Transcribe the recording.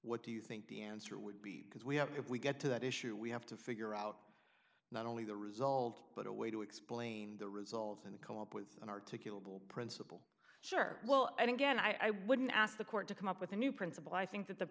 what do you think the answer would be because we have if we get to that issue we have to figure out not only the result but a way to explain the result in a co op with an articulable principle sure well and again i wouldn't ask the court to come up with a new principle i think that the